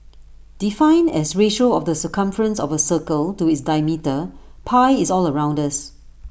defined as ratio of the circumference of A circle to its diameter pi is all around us